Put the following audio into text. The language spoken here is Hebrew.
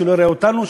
שלא יראה אותנו,